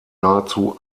nahezu